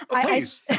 please